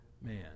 man